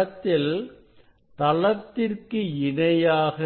படத்தில் தளத்திற்கு இணையாக